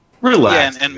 Relax